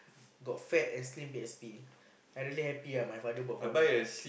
got fat and slim P_S_P I really happy ah my father bought for me